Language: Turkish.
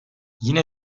yine